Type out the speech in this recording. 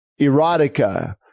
erotica